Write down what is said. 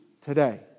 today